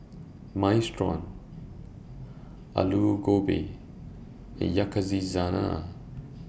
Minestrone Alu Gobi and Yakizakana